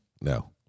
No